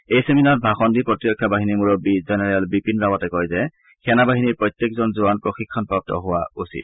এই ছেমিনাৰত ভাষণ দি প্ৰতিৰক্ষা বাহিনীৰ মুৰবী জেনেৰেল বিপিন ৰাৱটে কয় যে সেনা বাহিনীৰ প্ৰত্যেকজন জোৱান প্ৰশিক্ষণপ্ৰাপ্ত হোৱা উচিত